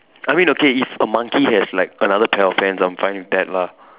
I mean okay if a monkey has like another pair of hands I'm fine with that lah